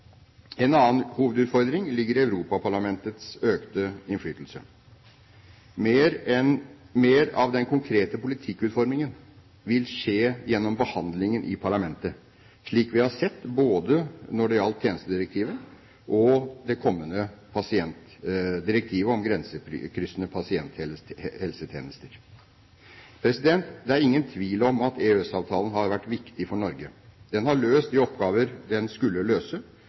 En annen hovedutfordring ligger i Europaparlamentets økte innflytelse. Mer av den konkrete politikkutformingen vil skje gjennom behandlingen i parlamentet, slik vi har sett når det gjaldt både tjenestedirektivet og det kommende direktivet om pasientrettigheter ved grensekryssende helsetjenester. Det er ingen tvil om at EØS-avtalen har vært viktig for Norge. Den har løst de oppgaver den skulle løse,